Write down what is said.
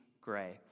gray